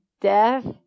Death